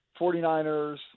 49ers